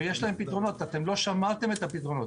יש להם פתרונות, אתם לא שמעתם את הפתרונות.